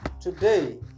Today